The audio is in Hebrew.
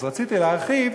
אז רציתי להרחיב,